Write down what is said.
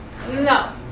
No